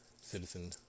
citizen